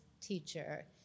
teacher